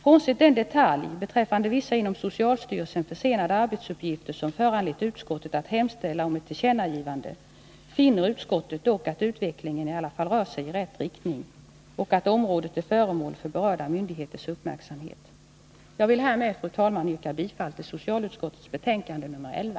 Frånsett den detalj beträffande vissa inom socialstyrelsen försenade arbetsuppgifter som föranlett utskottet att hemställa om ett tillkännagivande finner utskottet att utvecklingen i alla fall rör sig i rätt riktning och att området är föremål för berörda myndigheters uppmärksamhet. Jag vill härmed, fru talman, yrka bifall till socialutskottets hemställan i dess betänkande nr 11.